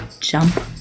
jump